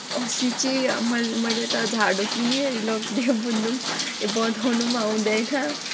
अस्ति चाहिँ मैले मैले त झाडु किनिवरी लगिदिएँ बुन्नु बनाउनु पनि आउँदैन